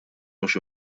mhux